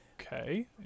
Okay